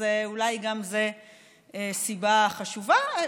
אז אולי גם זו סיבה חשובה.